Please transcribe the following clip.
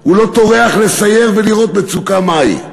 הוא לא טורח לסייר ולראות מצוקה מהי.